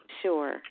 Sure